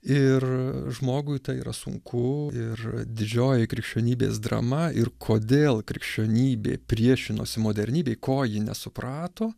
ir žmogui tai yra sunku ir didžioji krikščionybės drama ir kodėl krikščionybė priešinosi modernybei ko ji nesuprato